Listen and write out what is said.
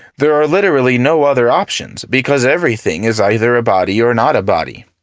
there are literally no other options, because everything is either a body or not a body.